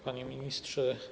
Panie Ministrze!